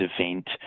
event